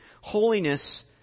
Holiness